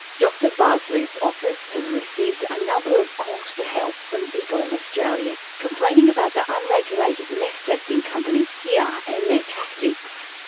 dr bardsley's office has received a number of calls for help from people in australia complaining about the unregulated meth testing companies here and their tactics.